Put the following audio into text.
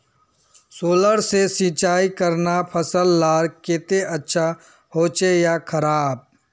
Solar से सिंचाई करना फसल लार केते अच्छा होचे या खराब?